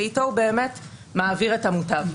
שאיתו הוא מעביר את המוטב.